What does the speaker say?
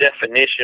definition